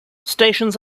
stations